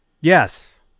yes